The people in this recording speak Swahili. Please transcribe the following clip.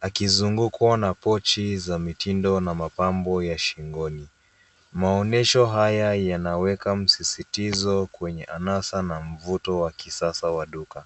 akizungukwa na pochi za mitindo na mapambo ya shingini. Maonyesho haya yanaweka msisitizo kwenye anasa na mvuto wa kisasa wa duka.